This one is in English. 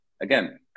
Again